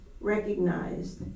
recognized